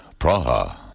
Praha